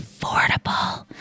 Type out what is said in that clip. affordable